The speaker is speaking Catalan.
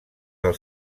del